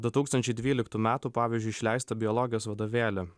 du tūkstančiai dvyliktų metų pavyzdžiui išleistą biologijos vadovėlį